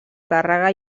tàrrega